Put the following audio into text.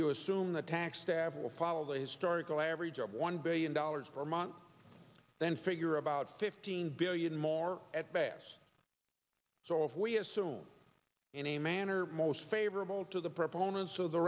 you assume the tax staff will follow the historical average of one billion dollars per month then figure about fifteen billion more at bats so if we assume in a manner most favorable to the proponents of the